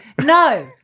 no